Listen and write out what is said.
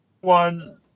one